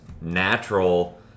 natural